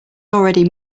already